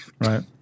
Right